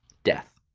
death.